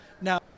Now